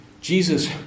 Jesus